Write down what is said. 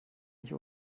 nicht